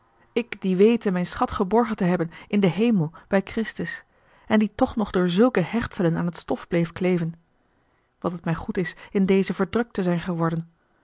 ik die wete mijn schat geborgen te hebben in den hemel bij christus en die toch nog door zulke hechtselen aan het stof bleef kleven wat het mij goed is in dezen verdrukt te zijn geworden